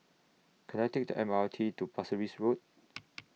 Can I Take The M R T to Pasir Ris Road